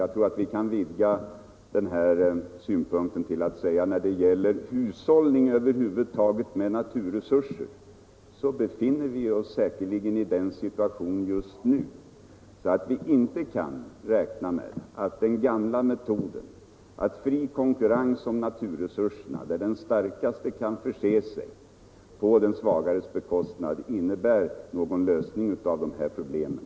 Jag tror att vi kan utvidga denna synpunkt till att slå fast att när det gäller hushållning över huvud taget med naturresurser principen om fri konkurrens om naturresurserna — där den starkare kan förse sig på den svagares bekostnad — inte innebär några godtagbara lösningar av problemen.